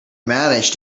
managed